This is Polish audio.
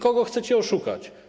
Kogo chcecie oszukać?